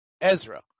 Ezra